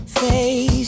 face